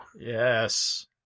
Yes